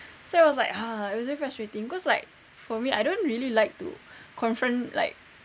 so I was like ah it was very frustrating cause like for me I don't really like to confront like